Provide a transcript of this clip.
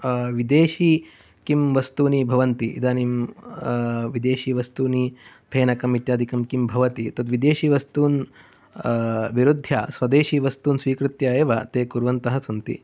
विदेशीय किं वस्तूनि भवन्ति इदानीं विदेशीय वस्तूनि फेनकम् इत्यादिकं किं भवति तद्विदेशीय वस्तून् विरोद्ध्या स्वदेशीय वस्तून् स्वीकृत्य एव ते कुर्वन्तः सन्ति